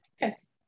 yes